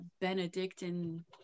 Benedictine